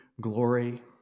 glory